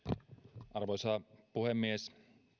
arvoisa puhemies